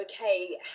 okay